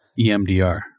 EMDR